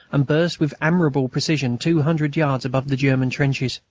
and burst with admirable precision two hundred yards above the german trenches.